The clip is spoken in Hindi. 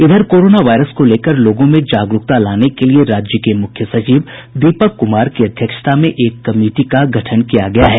इधर कोरोना वायरस को लेकर लोगों में जागरूकता लाने के लिये राज्य के मूख्य सचिव दीपक कुमार की अध्यक्षता में एक कमिटी का गठन किया गया है